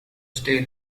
stale